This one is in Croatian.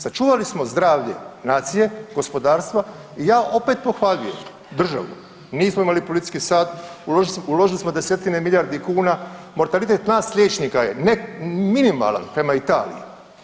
Sačuvali smo zdravlje nacije, gospodarstva i ja opet pohvaljujem državu, nismo imali policijski sat, uložili smo desetine milijardi kuna, mortalitet nas liječnika je minimalan prema Italiji.